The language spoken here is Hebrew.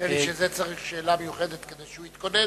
נדמה לי שזה מצריך שאלה מיוחדת כדי שהוא יתכונן,